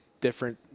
different